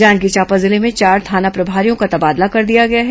जांजगीर चांपा जिले में चार थाना प्रभारियों का तबादला कर दिया गया है